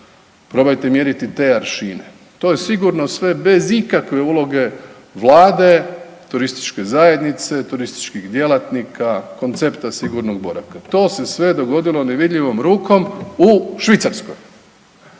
Probajte mjeriti te aršine. To je sigurno sve bez ikakve uloge Vlade , turističke zajednice, turističkih djelatnika, koncepta sigurnog boravka. To se sve dogodilo nevidljivom rukom u Švicarskoj.